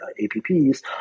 APPs